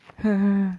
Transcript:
haha